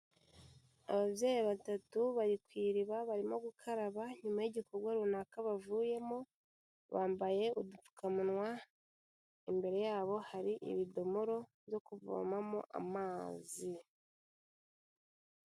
Ababyeyi batatu bari ku iriba barimo gukaraba, inyuma y'igikorwa runaka bavuyemo bambaye udupfukamunwa, imbere yabo hari ibidomoro byo kuvoma mo amazi.